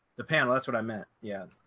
the panel that's what i meant. yeah.